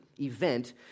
event